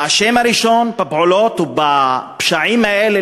האשם הראשון בפעולות או בפשעים האלה,